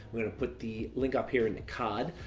to put the link up here in the card.